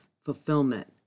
fulfillment